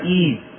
ease